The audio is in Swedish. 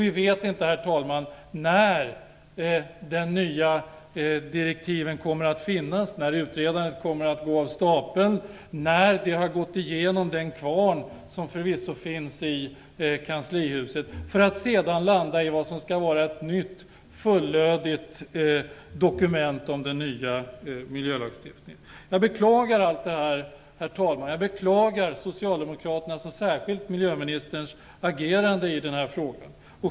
Vi vet inte när de nya direktiven kommer att finnas, när utredningen kommer att gå av stapeln, när den gått igenom den kvarn som förvisso finns i kanslihuset för att sedan landa i vad som skall vara ett nytt fullödigt dokument om den nya miljölagstiftningen. Jag beklagar allt detta. Jag beklagar Socialdemokraternas och särskilt miljöministerns agerande i frågan. Herr talman!